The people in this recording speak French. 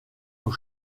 aux